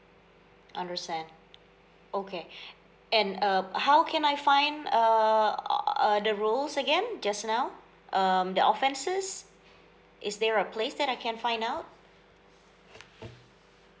understand okay and uh how can I find uh uh the rules again just now um the offences is there a place that I can find out